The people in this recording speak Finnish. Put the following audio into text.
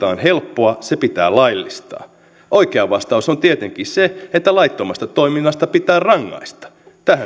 helppoa se pitää laillistaa oikea vastaus on tietenkin se että laittomasta toiminnasta pitää rangaista tähän